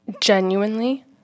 Genuinely